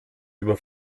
über